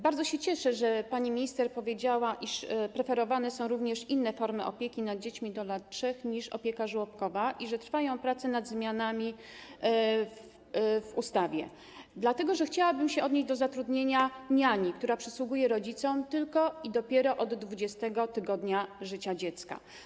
Bardzo się cieszę, że pani minister powiedziała, iż preferowane są również inne formy opieki nad dziećmi do lat 3 niż opieka żłobkowa, że trwają prace nad zmianami w ustawie, dlatego że chciałabym się odnieść do zatrudnienia niani, która przysługuje rodzicom dopiero od 20. tygodnia życia dziecka.